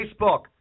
Facebook